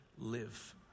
live